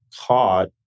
caught